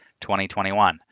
2021